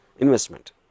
investment